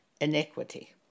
iniquity